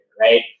right